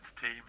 team